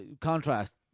contrast